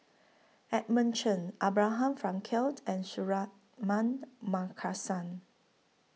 Edmund Cheng Abraham Frankel and Suratman Markasan